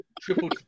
triple